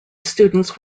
students